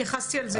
התייחסתי לזה קודם.